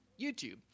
YouTube